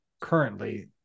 currently